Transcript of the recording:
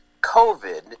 COVID